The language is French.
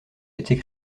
été